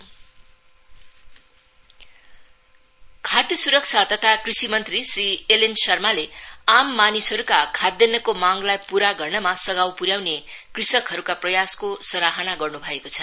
interactive programme खाद्य सुरक्षा तथा कृषि मंत्री श्री एल एन शर्माले आम मानिसहरूको खाद्यान्नको मांगलाई पूरा गर्नमा सघाउ पुर्याउने कृषकहरूको प्रयासको सराहना गर्नु भएको छ